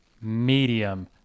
medium